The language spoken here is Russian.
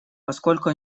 поскольку